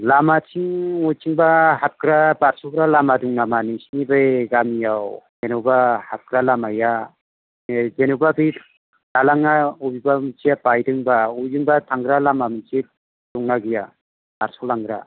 लामाथिं बबेथिंबा हाबग्रा बारस'ग्रा लामा दं नामा नोंसोरनि बै गामियाव जेनेबा हाबग्रा लामाया बे जेनेबा बे दालाङा बबेबा मोनसेया बायदोंबा बबेजोंबा थांग्रा लामा मोनसे दं ना गैया बारस'लांग्रा